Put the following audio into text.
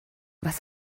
was